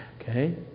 Okay